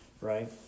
right